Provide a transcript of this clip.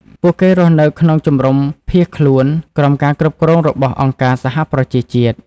ពួកគេរស់នៅក្នុងជំរំជនភៀសខ្លួន ក្រោមការគ្រប់គ្រងរបស់អង្គការសហប្រជាជាតិ។